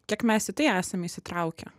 kiek mes į tai esam įsitraukę